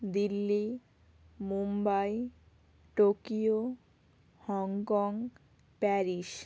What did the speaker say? Delhi Mumbai Tokyo Hong Kong Paris